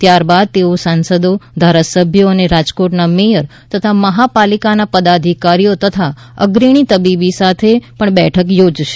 ત્યારબાદ તેઓ સાંસદઓ ધારાસભ્યો અને રાજકોટના મેયર તથા મહાપાલિકાના પદાધિકારીઓ તથા અગ્રણી તબીબો સાથે પણ બેઠક યોજશે